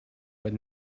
but